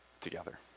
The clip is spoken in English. together